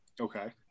Okay